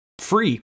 free